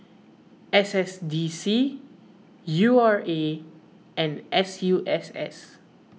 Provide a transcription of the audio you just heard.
S S D C U R A and S U S S